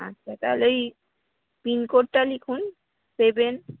আচ্ছা তাহলে এই পিন কোডটা লিখুন সেভেন